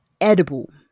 edible